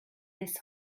this